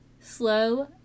slow